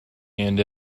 and